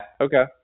Okay